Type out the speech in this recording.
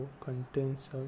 contains